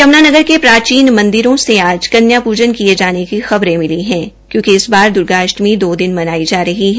यमूनानगर के प्राचीन मंदिरो से आज कन्या पूजन किये जाने की खबरें मिली है क्योकि इस बार दुर्गा अष्टमी दो दिन मनाई जा रही है